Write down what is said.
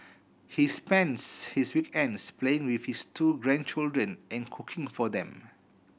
he spends his weekends playing with his two grandchildren and cooking for them